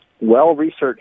well-researched